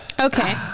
Okay